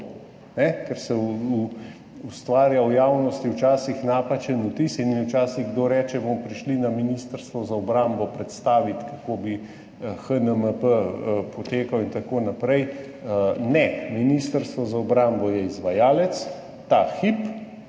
ker se v javnosti včasih ustvarja napačen vtis in mi včasih kdo reče, bomo prišli na Ministrstvo za obrambo predstavit, kako bi HNMP potekal in tako naprej. Ne, Ministrstvo za obrambo je izvajalec ta hip,